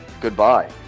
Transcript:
Goodbye